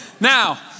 Now